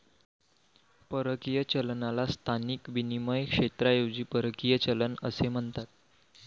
परकीय चलनाला स्थानिक विनिमय क्षेत्राऐवजी परकीय चलन असे म्हणतात